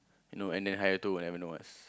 and then hire two whatever know whats